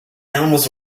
animals